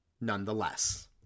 nonetheless